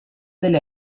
delle